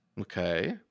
Okay